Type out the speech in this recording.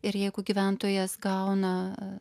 ir jeigu gyventojas gauna